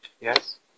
Yes